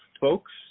folks